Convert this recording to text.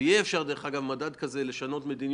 יהיה אפשר לשנות מדיניות,